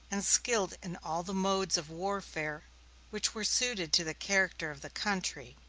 and skilled in all the modes of warfare which were suited to the character of the country.